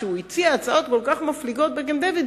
כשהוא הציע הצעות כל כך מפליגות בקמפ-דייוויד,